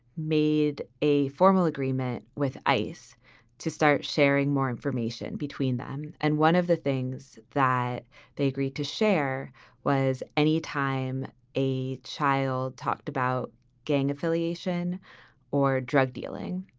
made a formal agreement with ice to start sharing more information between them. and one of the things. that they agreed to share was any time a child talked about gang affiliation or drug dealing.